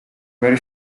very